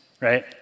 right